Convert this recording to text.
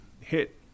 hit